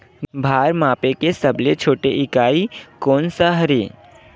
भार मापे के सबले छोटे इकाई कोन सा हरे?